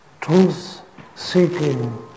truth-seeking